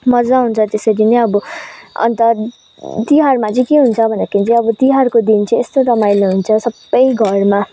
मजा आउँछ त्यसरी नै अब अन्त तिहारमा चाहिँ के हुन्छ भन्दाखेरि चाहिँ अब तिहारको दिन चाहिँ यस्तो रमाइलो हुन्छ सबै घरमा